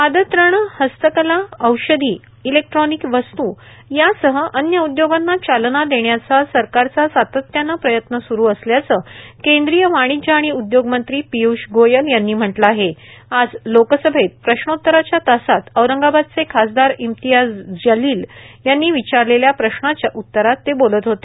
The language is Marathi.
पादत्राणं हस्तकला औषधी इलेक्ट्रॉनिक वस्तू यासह अन्य उद्योगांना चालना देण्याचा सरकारचा सातत्यानं प्रयत्न सुरू असल्याचं केंद्रीय वाणिज्य आणि उद्योग मंत्री पियूष गोयल यांनी म्हटलं आहे आज लोकसभेत प्रश्नोतराच्या तासात औरंगाबादचे खासदार इम्तियाझ जलील यांनी विचारलेल्या प्रश्नाच्या उतरात ते बोलत होते